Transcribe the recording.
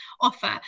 offer